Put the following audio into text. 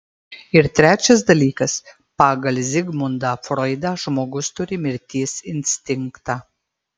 ir trečias dalykas pagal zigmundą froidą žmogus turi mirties instinktą